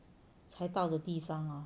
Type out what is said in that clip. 才到的地方 hor